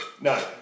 No